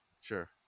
sure